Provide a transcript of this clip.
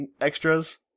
extras